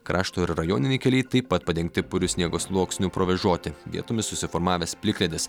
krašto ir rajoniniai keliai taip pat padengti puriu sniego sluoksniu provėžoti vietomis susiformavęs plikledis